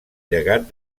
llegat